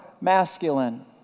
masculine